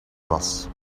was